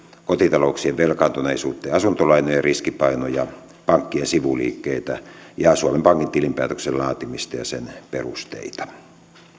kotitalouksien velkaantuneisuutta ja asuntolainojen riskipainoja pankkien sivuliikkeitä sekä suomen pankin tilinpäätöksen laatimista ja sen perusteita